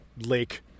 lake